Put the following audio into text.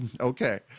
Okay